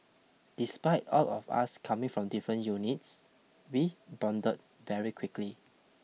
despite all of us coming from different units we bonded very quickly